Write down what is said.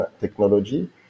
technology